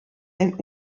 ein